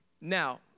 Now